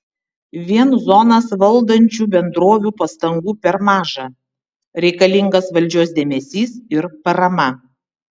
vien zonas valdančių bendrovių pastangų per maža reikalingas valdžios dėmesys ir parama